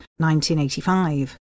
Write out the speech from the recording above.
1985